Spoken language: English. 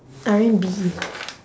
R&B